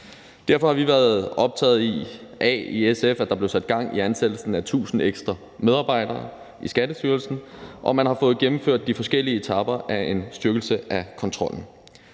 Derfor har vi i SF været optaget af, at der blev sat gang i ansættelsen af 1.000 ekstra medarbejdere i Skattestyrelsen, og man har fået gennemført de forskellige etaper af en styrkelse af kontrollen.